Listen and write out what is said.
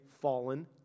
fallen